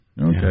Okay